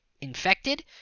infected